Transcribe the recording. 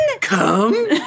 come